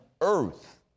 earth